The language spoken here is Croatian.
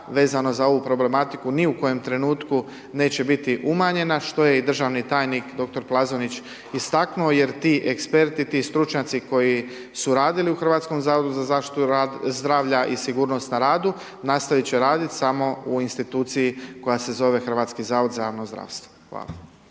vezano za ovu problematiku ni u kojem trenutku neće biti umanjena što je i državni tajnik dr. Plazonić istaknuo, jer ti eksperti ti stručnjaci koji su radili u Hrvatskom zavodu za zaštitu zdravlja i sigurnost na radu nastaviti će raditi samo u instituciji koja se zove Hrvatski zavod za javno zdravstvo. Hvala.